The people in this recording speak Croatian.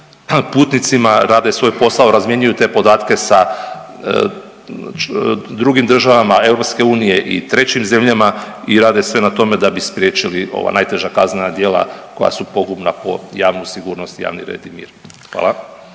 putnicima rade svoj posao, razmjenjuju te podatke sa drugim državama EU i trećim zemljama i rade sve na tome da bi spriječili ova najteža kaznena djela koja su pogubna po javnu sigurnost i javni red i mir. Hvala.